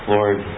Lord